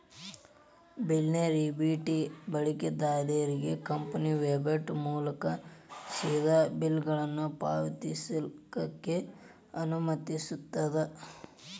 ಬಿಲ್ಲರ್ನೇರ EBP ಬಳಕೆದಾರ್ರಿಗೆ company website ಮೂಲಕಾ ಸೇದಾ ಬಿಲ್ಗಳನ್ನ ಪಾವತಿಸ್ಲಿಕ್ಕೆ ಅನುಮತಿಸ್ತದ